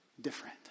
different